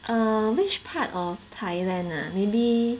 err which part of Thailand ah maybe